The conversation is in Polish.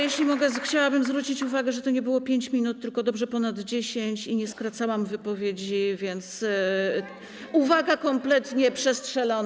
Jeśli mogę, chciałabym zwrócić uwagę, że to nie było 5 minut, tylko dobrze ponad 10, i nie skracałam wypowiedzi, więc uwaga kompletnie przestrzelona.